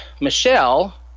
Michelle